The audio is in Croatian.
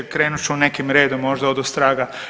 Krenut ću nekim redom možda odostraga.